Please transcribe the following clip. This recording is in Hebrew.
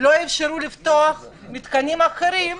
לא אפשרו לפתוח מתקנים אחרים,